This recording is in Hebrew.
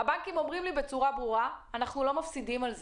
והבנקים אומרים לי בצורה ברורה שהם לא מפסידים על זה.